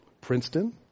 Princeton